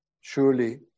surely